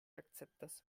akceptas